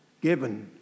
given